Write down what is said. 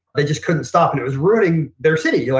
they just couldn't stop and it was ruining their city. you know